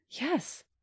Yes